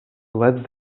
led